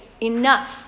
enough